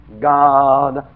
God